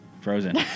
Frozen